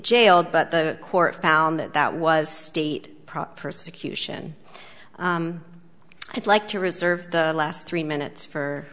jailed but the court found that that was state proper secu sion i'd like to reserve the last three minutes for